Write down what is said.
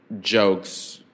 jokes